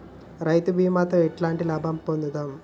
రైతు బీమాతో ఎట్లాంటి లాభం పొందుతం?